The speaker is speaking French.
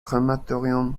crématorium